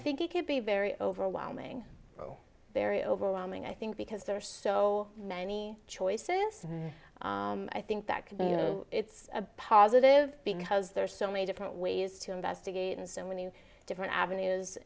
think it could be very overwhelming very overwhelming i think because there are so many choices and i think that could be you know it's a positive because there are so many different ways to investigate and so many different avenues